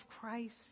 Christ